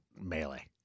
melee